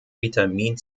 vitamin